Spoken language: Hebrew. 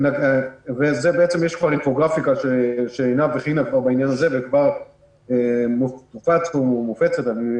יש אינפוגרפיקה שעינב הכינה בעניין הזה וכבר מופץ או מופצת.